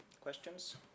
Questions